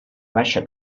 baixa